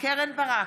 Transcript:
קרן ברק,